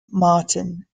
martin